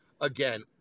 again